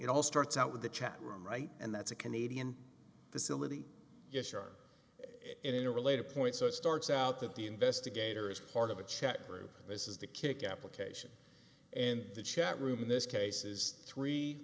it all starts out with a chat room right and that's a canadian facility yes sure in a related point so it starts out that the investigator is part of a chat group this is the kick application and the chat room in this case is three